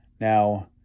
Now